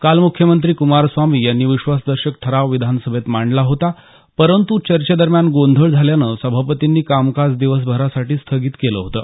काल मुख्यमंत्री क्मारस्वामी यांनी विश्वास दर्शक ठराव विधान सभेत मांडला होता परंतु चर्चेदरम्यान गोंधळ झाल्यान सभापतींनी कामकाज दिवसभरासाठी स्थगित केलं होतं